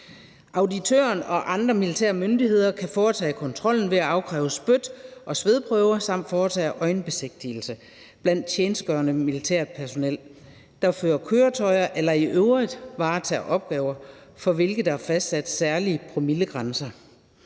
Auditøren og andre militære myndigheder kan foretage kontrollen ved at afkræve spyt- og svedprøver og foretage øjenbesigtigelse blandt tjenestegørende militært personel, der fører køretøjer eller i øvrigt varetager opgaver, for hvilke der er fastsat særlige promillegrænser.